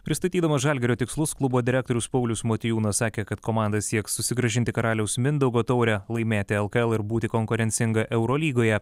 pristatydamas žalgirio tikslus klubo direktorius paulius motiejūnas sakė kad komanda sieks susigrąžinti karaliaus mindaugo taurę laimėti lkl ir būti konkurencinga eurolygoje